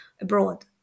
abroad